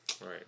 right